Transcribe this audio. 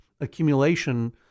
accumulation